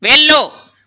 వెళ్ళు